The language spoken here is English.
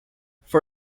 for